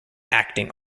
acting